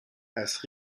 has